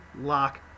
Lock